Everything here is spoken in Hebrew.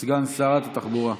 לסגן שרת התחבורה.